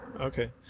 Okay